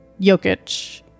Jokic